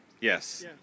yes